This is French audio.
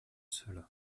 seule